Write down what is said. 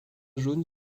jaune